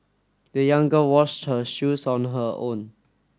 the young girl washed her shoes on her own